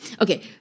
okay